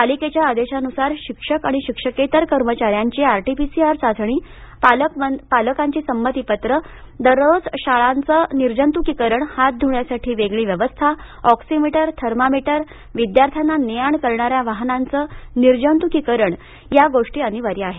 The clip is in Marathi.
पालिकेच्या आदेशानुसार शिक्षक आणि शिक्षकेतर कर्मचाऱ्यांची R T P C R चाचणी पालकांची संमतीपत्र दररोज शाळांचं निर्जत्कीकरण हात ध्रण्यासाठी वेगळी व्यवस्था ऑक्सीमिटर थर्मामीटर विद्यार्थ्यांना ने आण करणाऱ्या वाहनांचं निर्जतुकीकरण या बाबी अनिवार्य आहेत